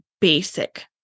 basic